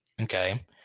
Okay